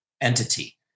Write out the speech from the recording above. entity